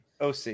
OC